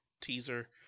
teaser